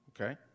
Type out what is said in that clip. okay